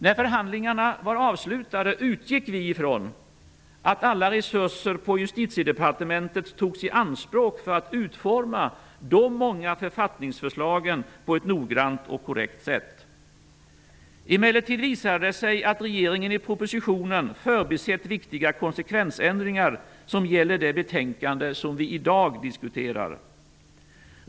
När förhandlingarna var avslutade utgick vi ifrån att alla resurser på Justitiedepartementet togs i anspråk för att utforma de många författningsförslagen på ett noggrant och korrekt sätt. Emellertid visade det sig att regeringen i propositionen förbisett viktiga konsekvensändringar, som gäller det betänkande vi i dag diskuterar.